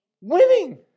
Winning